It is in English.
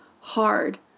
hard